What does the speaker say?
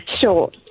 Sure